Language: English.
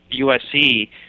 USC